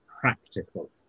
practical